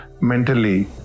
Mentally